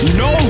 no